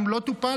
אם לא טופל,